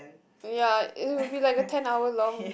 ya it will be like a ten hour long